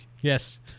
Yes